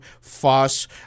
fuss